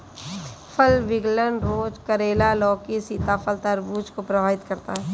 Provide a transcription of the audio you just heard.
फल विगलन रोग करेला, लौकी, सीताफल, तरबूज को प्रभावित करता है